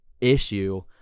issue